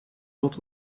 old